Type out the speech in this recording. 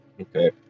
Okay